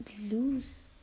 lose